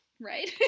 Right